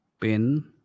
Pin